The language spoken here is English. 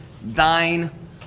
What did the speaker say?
thine